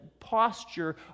posture